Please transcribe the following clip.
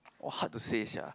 hard to say sia